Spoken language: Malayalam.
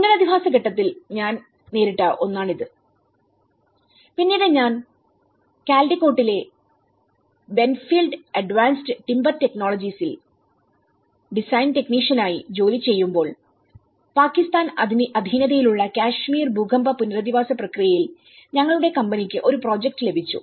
പുനരധിവാസ ഘട്ടത്തിൽ ഞാൻ ഞാൻ നേരിട്ട ഒരു ഒന്നാണിത് പിന്നീട് ഞാൻ കാൽഡിക്കോട്ടിലെബെൻഫീൽഡ് അഡ്വാൻസ്ഡ് ടിംബർ ടെക്നോളജീസിൽ ഡിസൈൻ ടെക്നീഷ്യനായിജോലി ചെയ്യുമ്പോൾ പാകിസ്ഥാൻ അധീനതയിലുള്ള കശ്മീർ ഭൂകമ്പ പുനരധിവാസ പ്രക്രിയയിൽ ഞങ്ങളുടെ കമ്പനിക്ക് ഒരു പ്രോജക്റ്റ് ലഭിച്ചു